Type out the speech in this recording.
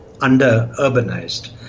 under-urbanized